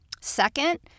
Second